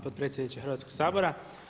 potpredsjedniče Hrvatskog sabora.